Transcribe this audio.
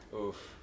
Oof